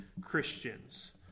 Christians